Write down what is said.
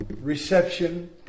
reception